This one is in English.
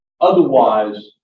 Otherwise